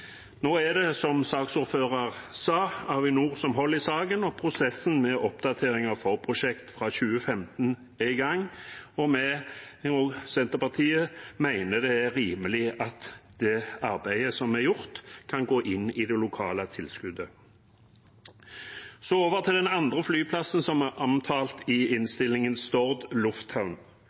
Nå er det, som saksordføreren sa, Avinor som holder i saken. Prosessen med oppdatering av forprosjektet fra 2015 er i gang, og vi og Senterpartiet mener det er rimelig at det arbeidet som er gjort, kan gå inn i det lokale tilskuddet. Så over til den andre flyplassen som er omtalt i innstillingen, Stord